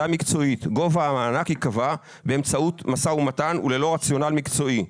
מקצועית גובה המענק ייקבע באמצעות משא ומתן וללא רציונל מקצועי.